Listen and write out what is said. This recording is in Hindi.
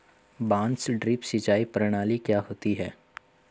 बांस ड्रिप सिंचाई प्रणाली क्या होती है?